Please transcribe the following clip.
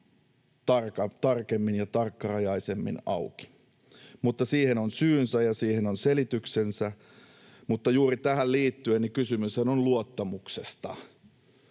tarkemmin ja tarkkarajaisemmin auki. Mutta siihen on syynsä ja siihen on selityksensä. Mutta juuri tähän liittyen: kysymyshän on luottamuksesta,